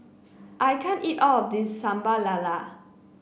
I can't eat all of this Sambal Lala